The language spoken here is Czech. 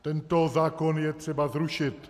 Tento zákon je třeba zrušit!